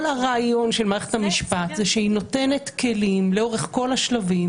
כל הרעיון של מערכת המשפט שהיא נותנת כלים לאורך כל השלבים